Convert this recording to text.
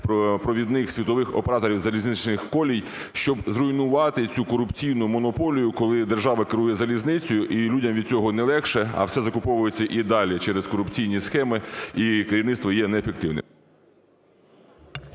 провідних світових операторів залізничних колій, щоб зруйнувати цю корупційну монополію, коли держава керує залізницею і людям від цього не легше, а все закуповується і далі через корупційні схеми і керівництво є неефективним.